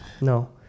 No